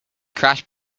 crash